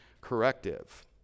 corrective